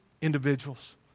individuals